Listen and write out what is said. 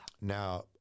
Now